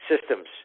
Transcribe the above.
systems